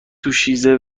دوشیزه